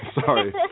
Sorry